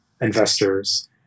investors